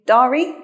Dari